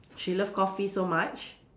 she love coffee so much